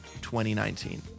2019